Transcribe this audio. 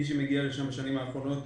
מי שמגיע לשם בשנים האחרונות,